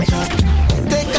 Take